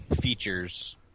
features